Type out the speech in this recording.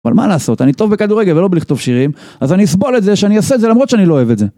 אבל מה לעשות? אני טוב בכדורגל ולא בלכתוב שירים, אז אני אסבול את זה שאני אעשה את זה למרות שאני לא אוהב את זה.